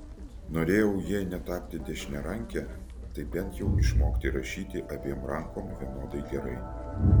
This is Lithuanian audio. norėjau jei ne tapti dešiniaranke tai bent jau išmokti rašyti abiem rankom vienodai gerai